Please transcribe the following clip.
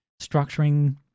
structuring